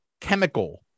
chemical